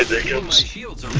the heels heels and